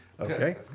Okay